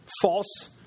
false